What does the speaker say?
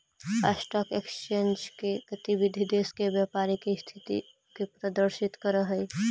stock exchange के गतिविधि देश के व्यापारी के स्थिति के प्रदर्शित करऽ हइ